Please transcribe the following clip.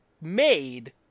made